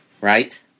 Right